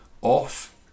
off